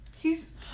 He's-